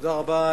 תודה רבה.